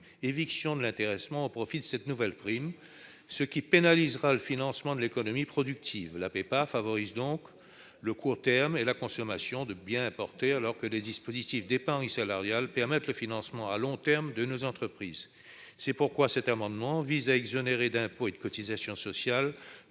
éviction de l'intéressement au profit de cette nouvelle prime, ce qui pénalisera le financement de l'économie productive. La PEPA favorise le court terme et la consommation de biens importés, alors que les dispositifs d'épargne salariale permettent le financement à long terme de nos entreprises. C'est pourquoi cet amendement vise à exonérer d'impôts et de cotisations sociales